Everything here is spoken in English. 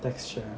texture